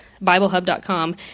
BibleHub.com